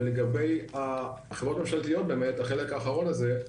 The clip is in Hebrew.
ולגבי החברות הממשלתיות באמת, החלק האחרון הזה,